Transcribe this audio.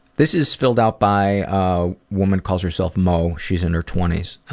this is filled out by a woman calls herself mo. she's in her twenties.